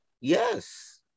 Yes